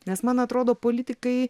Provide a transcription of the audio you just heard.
nes man atrodo politikai